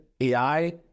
AI